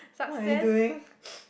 what are you doing